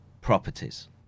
properties